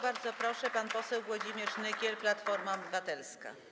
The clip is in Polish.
Bardzo proszę, pan poseł Włodzimierz Nykiel, Platforma Obywatelska.